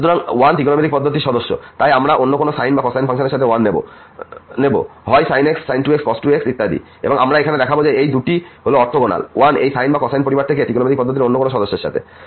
সুতরাং 1 এই ত্রিকোণমিতিক পদ্ধতির সদস্য তাই আমরা অন্য কোন সাইন বা কোসাইন ফাংশনের সাথে 1 নেব হয় sin x sin 2x cos x cos 2x ইত্যাদি এবং আমরা এখানে দেখাব যে এই দুটি হল অর্থগোনাল 1 এই সাইন বা কোসাইন পরিবার থেকে এই ত্রিকোণমিতিক পদ্ধতির অন্য কোন সদস্যের সাথে